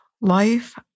life